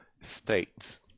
states